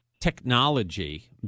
technology